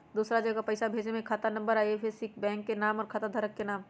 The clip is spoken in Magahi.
दूसरा जगह पईसा भेजे में खाता नं, आई.एफ.एस.सी, बैंक के नाम, और खाता धारक के नाम?